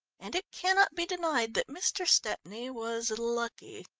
and it cannot be denied that mr. stepney was lucky.